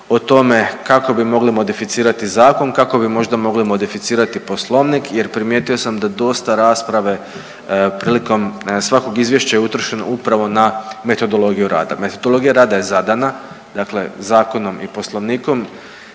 o tome kako bi mogli modificirati zakon, kako bi možda mogli modificirati Poslovnik. Jer primijetio sam da dosta rasprave prilikom svakog izvješća je utrošeno upravo na metodologiju rada. Metodologija rada je zadana, dakle zakonom i Poslovnikom.